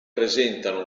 presentano